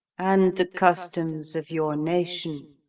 and the customs of your nation.